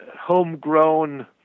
homegrown